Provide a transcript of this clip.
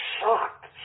shocked